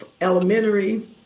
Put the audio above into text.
elementary